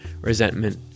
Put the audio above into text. resentment